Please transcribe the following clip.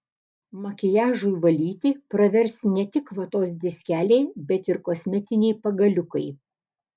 makiažui valyti pravers ne tik vatos diskeliai bet ir kosmetiniai pagaliukai